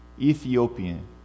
Ethiopian